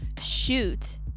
Shoot